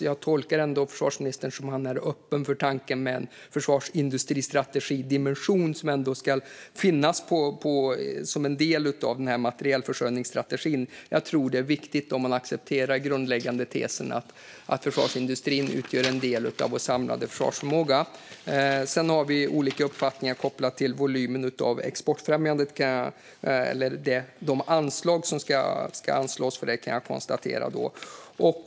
Jag tolkar ändå försvarsministern som att han är öppen för tanken på en försvarsindustristrategidimension som ska finnas med som en del i materielförsörjningsstrategin. Jag tror att det är viktigt om man accepterar de grundläggande teserna att försvarsindustrin utgör en del av vår samlade försvarsförmåga. Sedan har vi olika uppfattningar när det gäller volymen på exportfrämjandet och de resurser som ska anslås för det, kan jag konstatera.